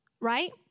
right